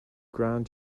grand